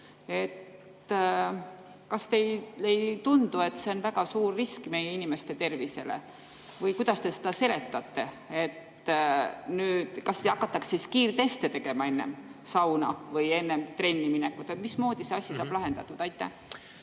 Kas teile ei tundu, et see on väga suur risk meie inimeste tervisele? Või kuidas te seda seletate? Kas hakatakse tegema kiirteste enne sauna või trenni minekut? Mismoodi see asi saab lahendatud? Aitäh!